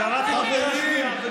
חבר הכנסת אלמוג כהן, קריאה שנייה.